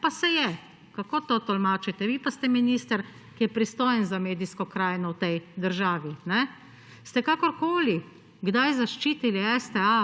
pa se je. Kako to tolmačite? Vi pa ste minister, ki je pristojen za medijsko krajino v tej državi. Ste kakorkoli kdaj zaščitili STA